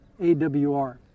AWR